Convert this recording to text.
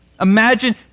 Imagine